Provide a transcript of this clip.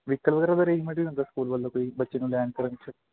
vehicle ਵਗੈਰਾ ਦਾ arrangement ਵੀ ਹੁੰਦਾ ਸਕੂਲ ਵੱਲੋਂ ਕੋਈ ਬੱਚੇ ਨੂੰ ਲੈਣ ਕਰਨ 'ਚ